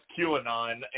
QAnon